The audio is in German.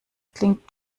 klingt